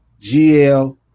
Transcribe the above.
GL